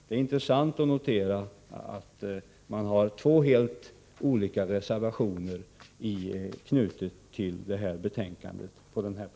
Det är intressant att notera att man på den punkten har två helt olika reservationer knutna till näringsutskottets betänkande.